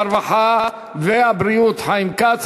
הרווחה והבריאות חיים כץ.